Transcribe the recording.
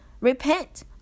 Repent